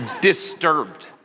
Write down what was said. Disturbed